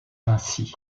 ainsi